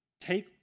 take